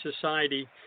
society